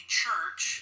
church